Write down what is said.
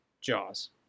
jaws